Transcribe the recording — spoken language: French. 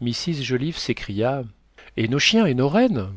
mrs joliffe s'écria et nos chiens et nos rennes